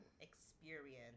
experience